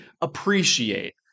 appreciate